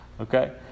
Okay